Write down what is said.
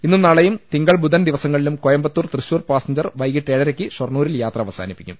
ഇന്നും നാളെയും തിങ്കൾ ബുധൻ ദിവസങ്ങളിലും കോയമ്പത്തൂർ തൃശൂർ പാസഞ്ചർ വൈകിട്ട് ഏഴരയ്ക്ക് ഷൊർണ്ണൂരിൽ യാത്ര അവസാ നിപ്പിക്കും